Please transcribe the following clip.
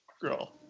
girl